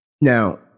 Now